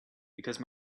because